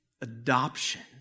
adoption